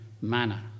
manner